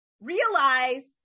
realize